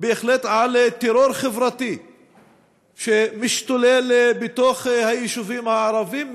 בהחלט על טרור חברתי שמשתולל בתוך היישובים הערביים,